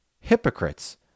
Hypocrites